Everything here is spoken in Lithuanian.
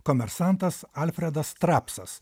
komersantas alfredas trapsas